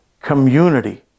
community